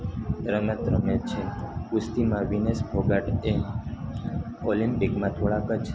રમત રમે છે કુશ્તીમાં વીનેશ ફોગાટ એ ઓલમ્પિકમાં થોડાકજ